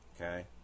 okay